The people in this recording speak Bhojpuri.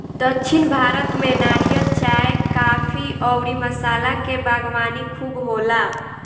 दक्षिण भारत में नारियल, चाय, काफी अउरी मसाला के बागवानी खूब होला